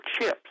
chips